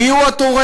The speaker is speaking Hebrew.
מי הוא התורם?